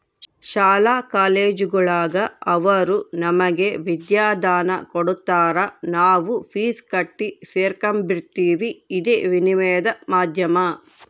ಶಾಲಾ ಕಾಲೇಜುಗುಳಾಗ ಅವರು ನಮಗೆ ವಿದ್ಯಾದಾನ ಕೊಡತಾರ ನಾವು ಫೀಸ್ ಕಟ್ಟಿ ಸೇರಕಂಬ್ತೀವಿ ಇದೇ ವಿನಿಮಯದ ಮಾಧ್ಯಮ